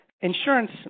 insurance